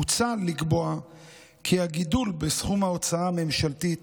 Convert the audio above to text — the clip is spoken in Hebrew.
מוצע לקבוע כי הגידול בסכום ההוצאה הממשלתית